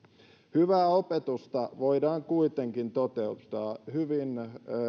hyvää opetusta voidaan kuitenkin toteuttaa hyvin